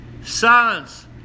Silence